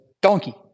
donkey